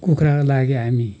कुखुराको लागि हामी